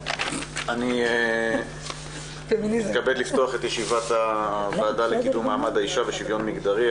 אני מתכבד לפתוח את ישיבת הוועדה לקידום מעמד האישה ושווין מגדרי.